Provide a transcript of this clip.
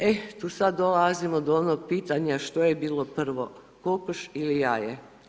E, tu sad dolazimo do onog pitanja što je bilo prvo, kokoš ili jaje?